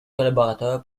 collaborateur